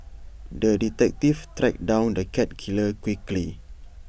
the detective tracked down the cat killer quickly